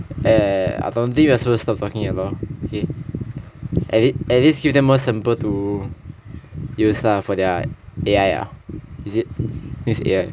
eh I don't think you are supposed to stop talking at all at least at least give them more simple to use ah for their A_I ah is it is it A_I is it A_I